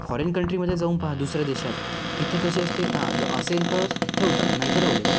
foreign कंट्रीमध्ये जाऊन पहा दुसऱ्या देशात तिथे कसे असते हा असेल तर ठेवतात नाहीतर राहू दे बुवा